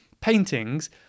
paintings